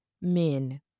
men